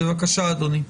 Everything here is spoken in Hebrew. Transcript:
בבקשה, אדוני.